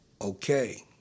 okay